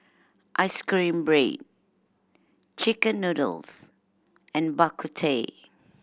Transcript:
ice cream bread chicken noodles and Bak Kut Teh